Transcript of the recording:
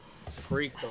freak